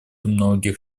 многих